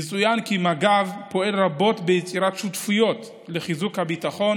יצוין כי מג"ב פועל רבות ליצירת שותפויות לחיזוק הביטחון